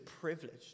privileged